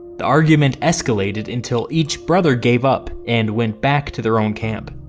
the argument escalated until each brother gave up and went back to their own camp.